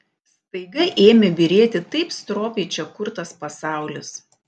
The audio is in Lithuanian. staiga ėmė byrėti taip stropiai čia kurtas pasaulis